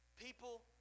people